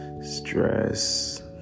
stress